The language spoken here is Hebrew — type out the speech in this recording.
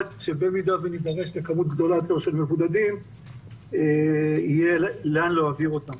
שבמידה ונידרש לכמות גדולה יותר של מבודדים יהיה לאן להעביר אותם.